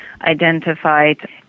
identified